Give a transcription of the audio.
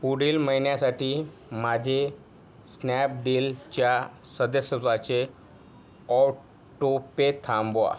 पुढील महिन्यासाठी माझे स्नॅपडीलच्या सदस्यत्वाचे ऑटो पे थांबवा